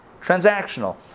Transactional